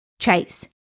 chase